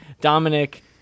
Dominic